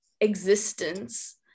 existence